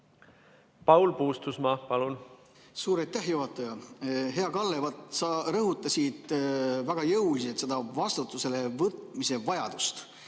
Paul Puustusmaa, palun! Suur aitäh, juhataja! Hea Kalle! Vaat sa rõhutasid väga jõuliselt seda vastutusele võtmise vajadust.